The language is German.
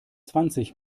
zwanzig